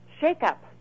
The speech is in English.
shake-up